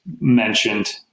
mentioned